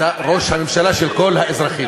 אתה ראש הממשלה של כל האזרחים.